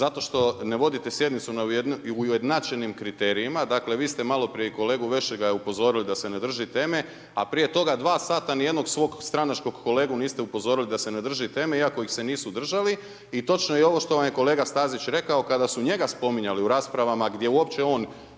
zato što ne vodite sjednicu ujednačenim kriterijima. Dakle, vi ste malo prije upozorili kolegu Vešligaja da se ne drži teme, a prije toga dva sada ni jednog svog stranačkog kolegu niste upozorili da se ne drži teme iako ih se nisu držali. I točno je ovo što vam je kolega Stazić rekao, kada su njega spominjali u raspravama gdje uopće on